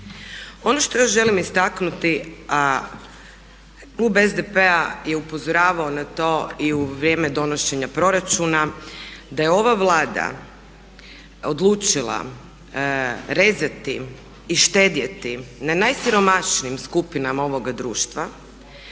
Ono što još želim istaknuti a Klub SDP-a je upozoravao na to i u vrijeme donošenja proračuna, da je ova Vlada odlučila rezati i štedjeti na najsiromašnijim skupinama ovoga društva,